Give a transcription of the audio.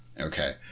Okay